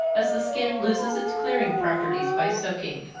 as the skin loses its clearing properties by soaking.